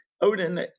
Odin